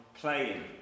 playing